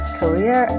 career